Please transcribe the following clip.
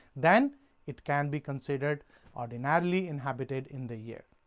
then it can be considered ordinarily inhabited in the year.